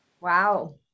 Wow